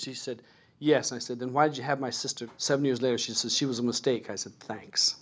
she said yes i said then why did you have my sister seven years later she says she was a mistake i said thanks